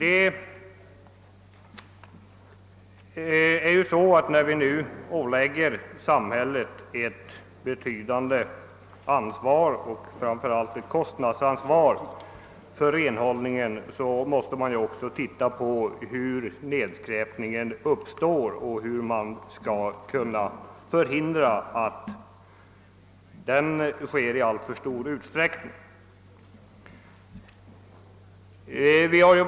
När samhället nu åläggs ett betydande ansvar för renhållningen, framför allt på kostnadssidan, måste vi också undersöka hur nedskräpningen uppkommer och hur man skall kunna hindra att den blir alltför stor.